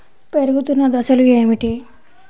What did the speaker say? పెరుగుతున్న దశలు ఏమిటి?